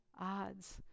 odds